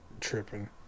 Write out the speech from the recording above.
tripping